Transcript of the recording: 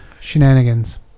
shenanigans